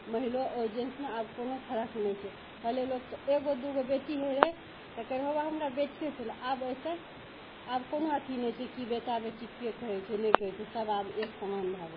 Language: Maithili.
महिलो आओर जेंसमे आब कोनो फर्क नहि छै पहिले लोकके एगो दुगो बेटी होइ रहै तऽ कहै रहै होबै हमरा बेटिए छलऽ आब एहिसे आब कोनो अथी नहि छै की बेटा बेटीके कहै छै नहि कहै छै सभ आब एक समान भए गेलै